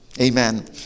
Amen